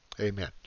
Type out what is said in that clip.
amen